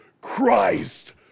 Christ